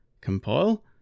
compile